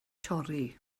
torri